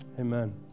Amen